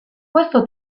questo